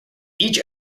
each